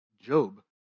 Job